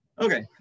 Okay